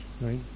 right